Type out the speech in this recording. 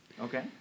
Okay